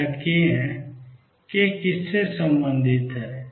k किससे संबंधित है